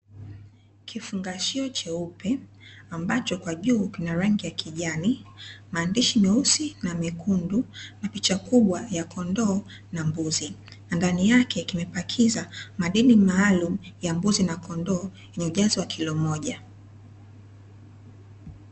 Kifungashio cheupe ambacho kwa juu kina rangi ya kijani, maandishi meusi, na mekundu na picha kubwa ya kondoo na mbuzi. Na ndani yake kimepakiza madini maalumu ya mbuzi na kondoo yenye ujazo wa kilo moja.